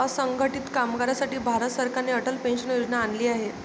असंघटित कामगारांसाठी भारत सरकारने अटल पेन्शन योजना आणली आहे